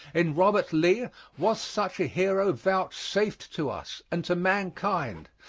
in robert lee was such a hero vouchsafed to us and to mankind,